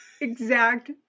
exact